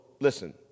listen